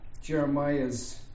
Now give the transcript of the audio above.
Jeremiah's